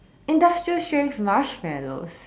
industrial strength marshmallows